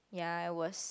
ya I was